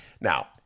Now